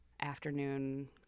afternoon